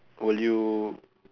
will you